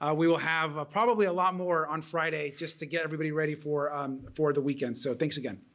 ah we will have probably a lot more on friday just to get everybody ready for um for the weekend so thanks again.